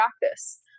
practice